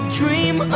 dream